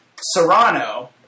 Serrano